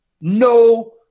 No